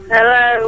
Hello